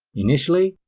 initially,